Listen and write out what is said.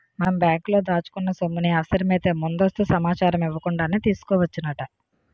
మనం బ్యాంకులో దాచుకున్న సొమ్ముని అవసరమైతే ముందస్తు సమాచారం ఇవ్వకుండానే తీసుకోవచ్చునట